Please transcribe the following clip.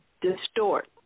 distort